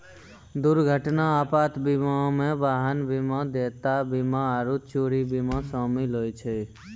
दुर्घटना आपात बीमा मे वाहन बीमा, देयता बीमा आरु चोरी बीमा शामिल होय छै